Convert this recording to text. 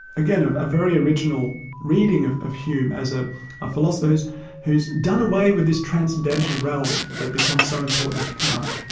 again, a very original reading of of hume as a philosopher who's who's done away with this transcendental realm that becomes so important with kant,